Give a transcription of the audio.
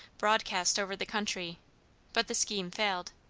broad-cast over the country but the scheme failed.